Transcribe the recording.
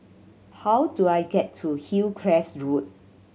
how do I get to Hillcrest Road